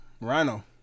Rhino